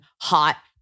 hot